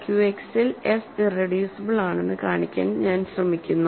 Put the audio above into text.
Q X ൽ f irreducible ആണെന്ന് കാണിക്കാൻ ഞാൻ ശ്രമിക്കുന്നു